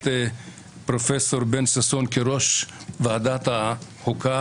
פרופ' בן ששון כיושב-ראש ועדת החוקה,